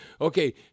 okay